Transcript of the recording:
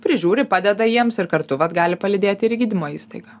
prižiūri padeda jiems ir kartu vat gali palydėt ir į gydymo įstaigą